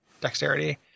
dexterity